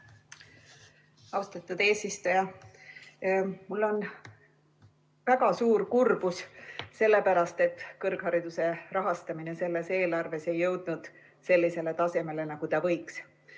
Austatud eesistuja! Mul on väga suur kurbus, sellepärast et kõrghariduse rahastamine selles eelarves ei jõudnud sellisele tasemele, nagu ta võiks